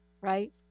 right